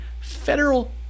federal